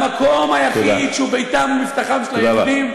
למקום היחיד שהוא ביתם ומבטחם של היהודים.